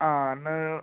ആ എന്നാൽ